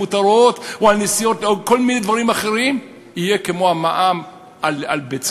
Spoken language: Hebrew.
מותרות או על נסיעות או על כל מיני דברים אחרים יהיה כמו המע"מ על ביצה,